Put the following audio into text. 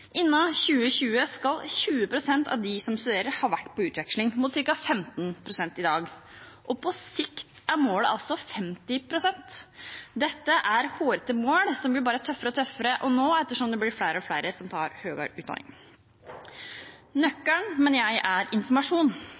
Innen 2020 skal 20 pst. av de som studerer, ha vært på utveksling, mot ca. 15 pst. i dag. På sikt er målet 50 pst. Dette er hårete mål, som blir tøffere og tøffere å nå etter som det blir flere og flere som tar høyere utdanning. Nøkkelen mener jeg er informasjon.